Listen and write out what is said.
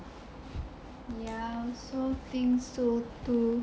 ya so think so too